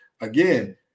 again